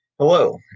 Hello